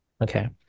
okay